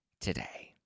today